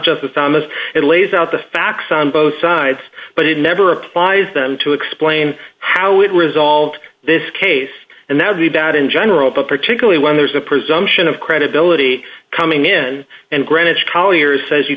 justice thomas and lays out the facts on both sides but it never applies them to explain how it resolved this case and now the doubt in general but particularly when there's a presumption of credibility coming in and greenwich colliers says you